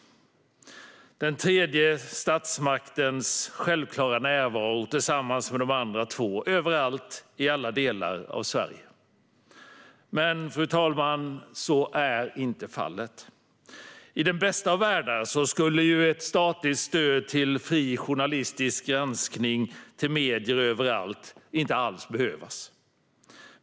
Den tredje statsmaktens närvaro tillsammans med de andra två - överallt, i alla delar av Sverige - kan tyckas självklar. Men, fru talman, så är inte fallet. I den bästa av världar skulle ett statligt stöd till fri journalistisk granskning och till medier överallt inte alls behövas.